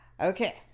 Okay